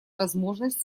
возможность